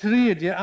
3.